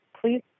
Please